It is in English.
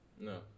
No